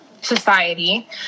society